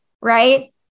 right